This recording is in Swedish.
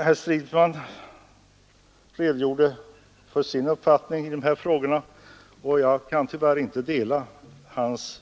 Herr Stridsman redogjorde för sin uppfattning i de här frågorna. Jag kan tyvärr inte dela hans